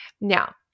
Now